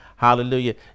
Hallelujah